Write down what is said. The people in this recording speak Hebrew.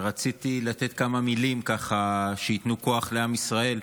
ורציתי לתת כמה מילים שייתנו כוח לעם ישראל,